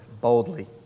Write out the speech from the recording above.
boldly